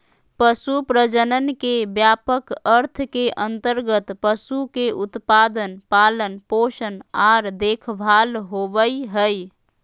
पशु प्रजनन के व्यापक अर्थ के अंतर्गत पशु के उत्पादन, पालन पोषण आर देखभाल होबई हई